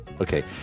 Okay